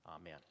Amen